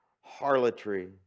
harlotry